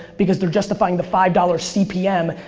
because they're justifying the five dollars cpm.